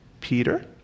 Peter